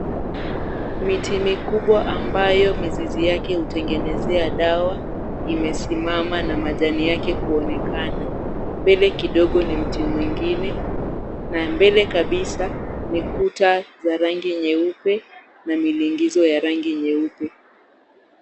miti mikubwa ambayo mizizi yake hutengenezea dawa, imesimama na majani yake kuonekana ,mbele kidogo ni mti mwingine ,na mbele kabisa ni kuta za rangi nyeupe na milingizo ya rangi nyeupe